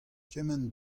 kement